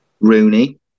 Rooney